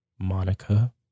Monica